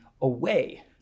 away